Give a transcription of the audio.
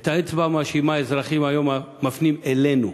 את האצבע המאשימה אזרחים היום מפנים אלינו: